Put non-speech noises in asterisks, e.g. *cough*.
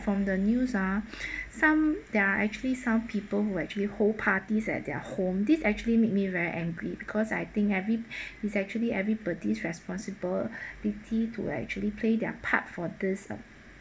from the news ah *breath* some there are actually some people who actually hold parties at their home this actually make me very angry because I think every *breath* is actually everybody's responsible *breath* duty to actually play their part for this